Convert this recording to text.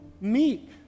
meek